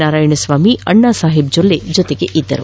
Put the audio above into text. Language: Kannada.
ನಾರಾಯಣಸ್ವಾಮಿ ಅಣ್ಣಾಸಾಹೇಬ್ ಜೊಲ್ಲೆ ಜೊತೆಗಿದ್ದರು